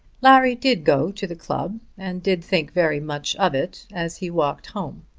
larry did go to the club and did think very much of it as he walked home.